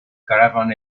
caravan